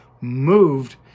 moved